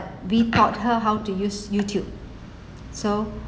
we taught her how to use Youtube so